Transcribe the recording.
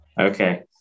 Okay